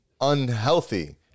unhealthy